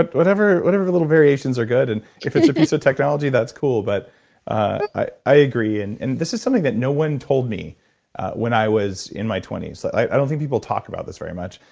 ah whatever whatever little variations are good. and if it's a piece of technology, that's cool. but i i agree. and and this is something that no one told me when i was in my twenty s. i don't think people talk about this very much.